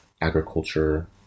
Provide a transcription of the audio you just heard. agriculture